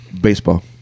baseball